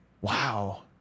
Wow